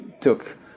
took